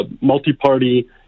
multi-party